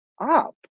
up